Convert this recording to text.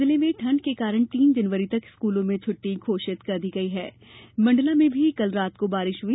जिले में ठंड के कारण तीन जनवरी तक स्कूलों में छुट्टी घोषित कर दी गई है मंडला में भी कल रात को बारिश हुई